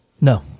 No